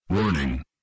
Warning